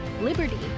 liberty